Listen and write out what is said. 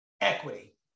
equity